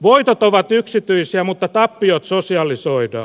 voitot ovat yksityisiä mutta tappiot sosialisoidaan